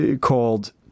called